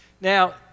now